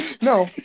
No